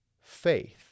faith